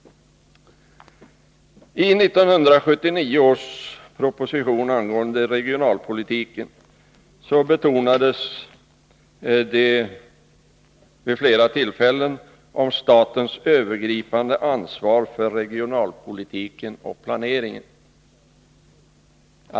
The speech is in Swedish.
I 1979 års proposition angående regionalpolitiken betonades vid flera tillfällen statens övergripande ansvar för regionalpolitiken och för planeringen.